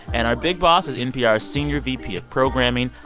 and our big boss is npr's senior vp of programming,